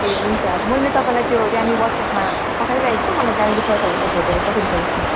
ए हुन्छ मैले तपाईँलाई त्यो त्यहाँ नि वाट्सएपमा पठाइरहेको छु मलाई त्यहाँनेर साइकलहरूको फोटोहरू पठाइदिनु होस् न